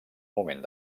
moment